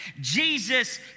Jesus